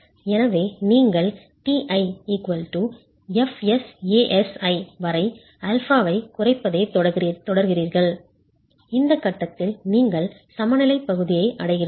எனவே நீங்கள் Ti Fs Asi வரை α ஐக் குறைப்பதைத் தொடர்கிறீர்கள் இந்த கட்டத்தில் நீங்கள் சமநிலைப் பகுதியை அடைகிறீர்கள்